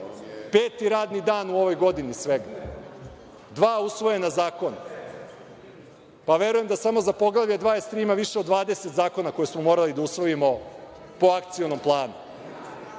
Peti radni dan u ovoj godini svega, dva usvojena zakona, pa verujem da smo za Poglavlje 23 ima više od 20 zakona koje smo morali da usvojimo po akcionom planu,